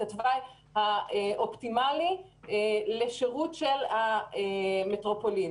התוואי האופטימלי לשירות של המטרופולין.